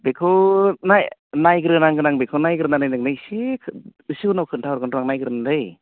बेखौ नायग्रो नांगोन आं बेखौ नायग्रोनानै नोंनो एसे एसे उनाव खोनथा हरगोनर' आं नायग्रोनो दै